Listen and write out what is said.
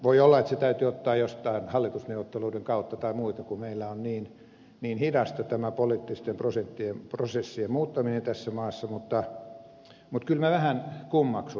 voi olla että se täytyy ottaa jostain hallitusneuvotteluiden kautta tai muuten kun meillä on niin hidasta tämä poliittisten prosessien muuttaminen tässä maassa mutta kyllä minä vähän kummaksun